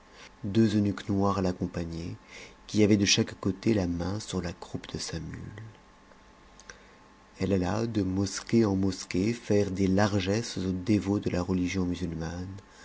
deux eunuques noirs l'accompagnaient qui avaient de chaque côté la main sur la croupe de sa mule eue alla de mosquée en mosquée faire des largesses aux dévots de ta re igioa musulmane